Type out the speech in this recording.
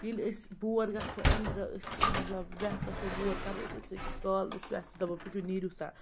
ییٚلہِ أسۍ بور گَژھو أنٛدرٕ أسۍ مطلب وٮ۪سہٕ گژھو بور کَرو أسۍ أکِس أکِس کال أسۍ وٮ۪سہٕ دَپو پٔکِو نیٖرِو سا